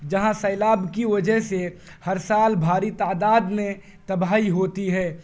جہاں سیلاب کی وجہ سے ہر سال بھاری تعداد میں تباہی ہوتی ہے